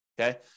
okay